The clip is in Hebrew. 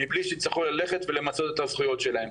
מבלי שיצטרכו ללכת ולמצות את הזכויות שלהם.